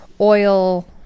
oil